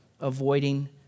avoiding